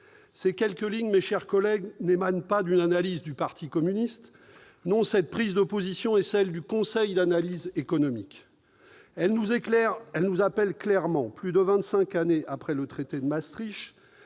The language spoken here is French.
Ces quelques lignes, mes chers collègues, n'émanent pas d'une analyse du parti communiste. Non, cette prise de position est celle du Conseil d'analyse économique ! Elle nous appelle clairement, plus de vingt-cinq années après le traité de Maastricht,